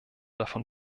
davon